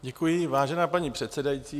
Děkuji, vážená paní předsedající.